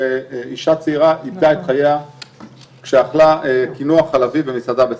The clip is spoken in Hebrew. אישה צעירה איבדה את חייה כשאכלה קינוח חלבי במסעדה בשרית.